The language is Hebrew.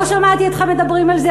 לא שמעתי אתכם מדברים על זה.